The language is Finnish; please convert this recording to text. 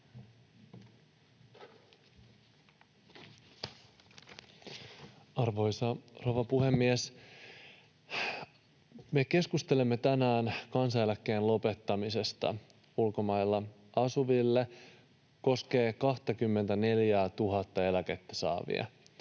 Arvoisa rouva puhemies! Me keskustelemme tänään kansaneläkkeen lopettamisesta ulkomailla asuville — koskee 24 000:ta eläkettä saavaa.